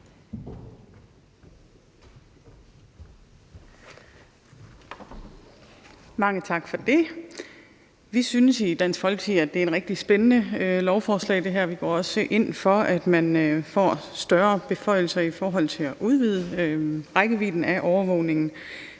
Mange tak for det. Vi synes i Dansk Folkeparti, at det her er et rigtig spændende lovforslag, og vi går også ind for, at man får flere beføjelser i forhold til at udvide rækkevidden af overvågning.